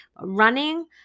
Running